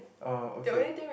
oh okay